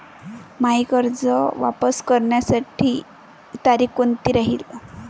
मायी कर्ज वापस करण्याची तारखी कोनती राहीन?